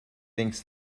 thinks